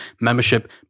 membership